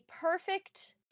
perfect